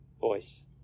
voice